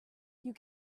you